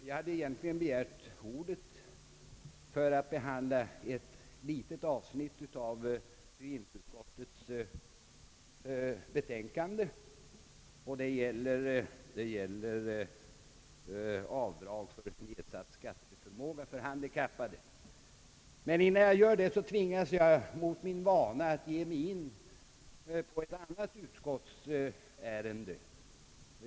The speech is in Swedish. Jag hade egentligen begärt ordet för att behandla ett litet avsnitt av bevillningsutskottets betänkande, nämligen om avdrag för nedsatt skatteförmåga för handikappade, men innan jag gör det tvingas jag — mot min vana — att ge mig in på ett annat utskottsärende.